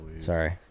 Sorry